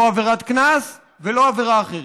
לא עבירת קנס ולא עבירה אחרת.